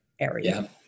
area